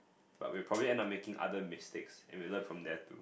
but we'll probably end up making other mistakes and we'll learn from there too